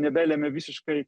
nebelemia visiškai